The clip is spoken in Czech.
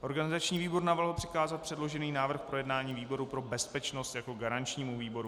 Organizační výbor navrhl přikázat předložený návrh k projednání výboru pro bezpečnost jako garančnímu výboru.